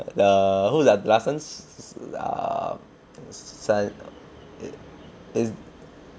the who ah larsons err san